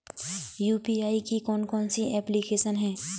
UPI की कौन कौन सी एप्लिकेशन हैं?